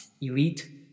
elite